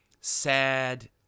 sad